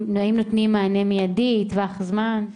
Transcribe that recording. האם נותנים מענה מיידי, טווח זמן?